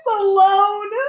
alone